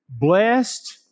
blessed